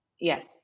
Yes